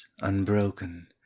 unbroken